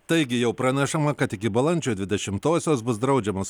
taigi jau pranešama kad iki balandžio dvidešimtosios bus draudžiamas